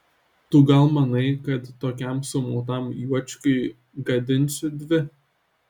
tu gal manai kad tokiam sumautam juočkiui gadinsiu dvi